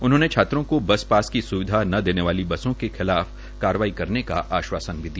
उन्होंने छात्रों को बस पास की सुविधा न देने वाली बसों के खिलाफ कार्यवाही करने का आश्वासन भी दिया